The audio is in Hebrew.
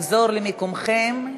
לחזור למקומם.